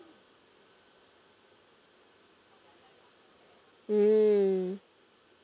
mm